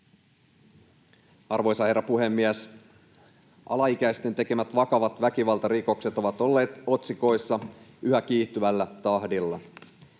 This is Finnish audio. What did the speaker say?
Arvoisa herra puhemies! Alaikäisten tekemät vakavat väkivaltarikokset ovat olleet otsikoissa yhä kiihtyvällä tahdilla.